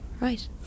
Right